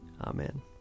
Amen